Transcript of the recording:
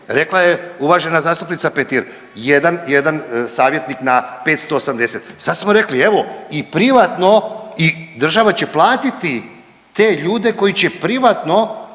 Rekla je uvažena zastupnica Petir jedan savjetnik na 580. Sad smo rekli, evo i privatno i država će platiti te ljude koji će privatno